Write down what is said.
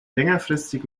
längerfristig